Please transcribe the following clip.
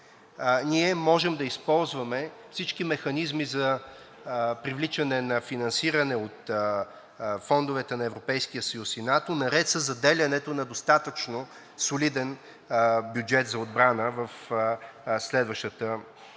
Ние можем да използваме всички механизми за привличане на финансиране от фондовете на Европейския съюз и НАТО наред със заделянето на достатъчно солиден бюджет за отбрана в следващата година.